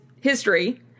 history